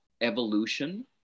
evolution